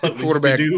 quarterback